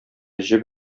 җеп